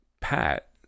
Pat